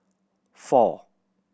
four